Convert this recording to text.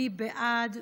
מי בעד?